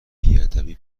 بیادبی